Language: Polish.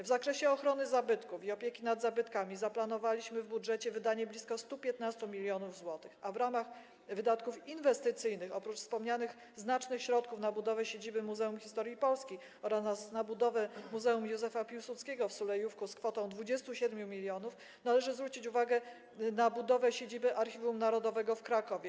W zakresie ochrony zabytków i opieki nad zabytkami zaplanowaliśmy w budżecie wydanie blisko 115 mln zł, a w ramach wydatków inwestycyjnych oprócz wspomnianych znacznych środków przeznaczonych na budowę siedziby Muzeum Historii Polski oraz na budowę Muzeum Józefa Piłsudskiego w Sulejówku z kwotą 27 mln należy zwrócić uwagę na budowę siedziby Archiwum Narodowego w Krakowie.